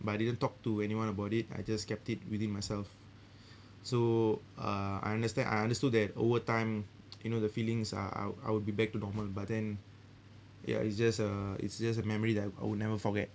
but I didn't talk to anyone about it I just kept it within myself so uh I understand I understood that over time you know the feelings are I wo~ I would be back to normal but then ya it's just a it's just a memory that I would never forget